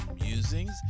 Musings